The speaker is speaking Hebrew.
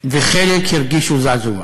וחלק הרגישו זעזוע.